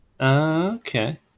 Okay